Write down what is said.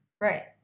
Right